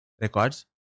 records